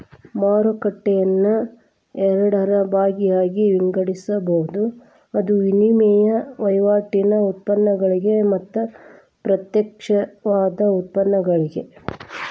ಮಾರುಕಟ್ಟೆಯನ್ನ ಎರಡ ಭಾಗಾಗಿ ವಿಂಗಡಿಸ್ಬೊದ್, ಅದು ವಿನಿಮಯ ವಹಿವಾಟಿನ್ ಉತ್ಪನ್ನಗಳಿಗೆ ಮತ್ತ ಪ್ರತ್ಯಕ್ಷವಾದ ಉತ್ಪನ್ನಗಳಿಗೆ